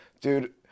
Dude